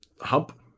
hump